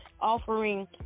offering